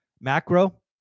Macro